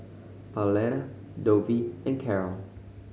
Pauletta Dovie and Karol